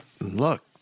Look